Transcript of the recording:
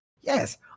Yes